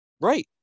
Right